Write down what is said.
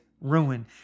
ruin